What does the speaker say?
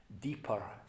deeper